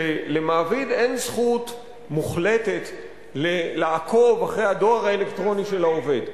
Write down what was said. שלמעביד אין זכות מוחלטת לעקוב אחר הדואר האלקטרוני של העובד.